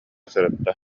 сырытта